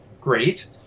great